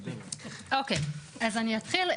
טוב אז אני אתחיל,